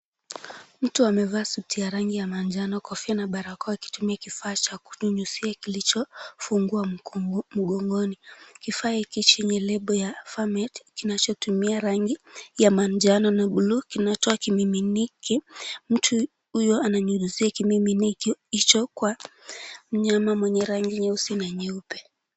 Mtu amevaa suti ya rangi ya manjano, kofia na barakoa, akitumia kifaa cha kunyunyiza kilichofungwa mgongoni, kifaa hiki chenye lebo ya Farmet , kinachotumia rangi ya manjano na buluu, kinatoa kimiminiki. Mtu huyo ananyunyuzia kimiminiki hicho kwa mnyama mwenye rangi nyeusi na nyeupe.